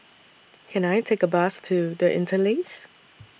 Can I Take A Bus to The Interlace